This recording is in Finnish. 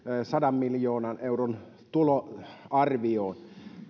sadan miljoonan euron tuloarvioomme